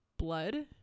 blood